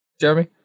Jeremy